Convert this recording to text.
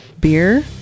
beer